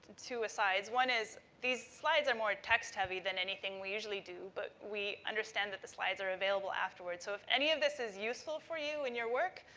two asides. one is these slides are more text-heavy than anything we usually do, but we understand that the slides are available afterwards. so, if any of this is useful for you in your work,